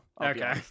Okay